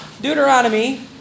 Deuteronomy